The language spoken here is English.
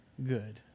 good